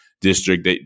district